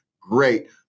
great